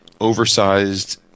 oversized